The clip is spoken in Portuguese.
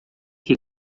que